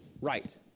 Right